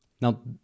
Now